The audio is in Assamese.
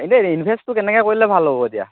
এনেই ইনভেষ্টটো কেনেকৈ কৰিলে ভাল হ'ব এতিয়া